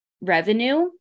revenue